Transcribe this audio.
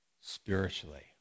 spiritually